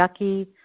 yucky